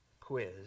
quiz